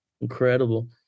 incredible